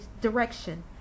direction